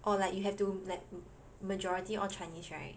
or like you have to like to majority all Chinese right